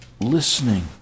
listening